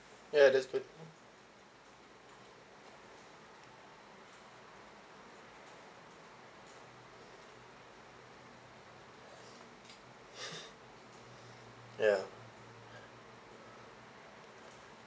ya that's good ya